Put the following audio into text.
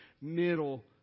middle